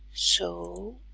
so